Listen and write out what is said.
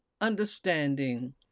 understanding